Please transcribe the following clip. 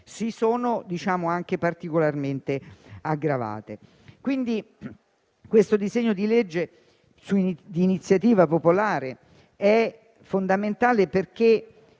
si sono particolarmente aggravate. Questo disegno di legge di iniziativa popolare è fondamentale: